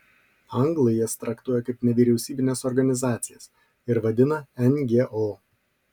anglai jas traktuoja kaip nevyriausybines organizacijas ir vadina ngo